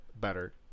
better